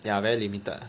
ya very limited lah